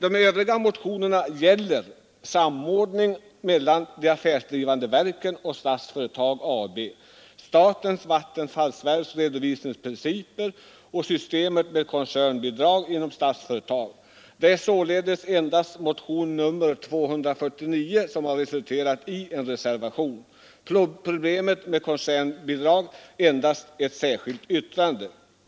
De övriga motionerna gäller samordning mellan de affärsdrivande verken och Statsföretag AB, statens vattenfallsverks redovisningsprinciper och systemet med koncernbidrag inom Statsföretag. Det är således endast motionen 249 som har resulterat i en reservation, medan problemet med koncernbidrag bara resulterat i ett särskilt yttrande.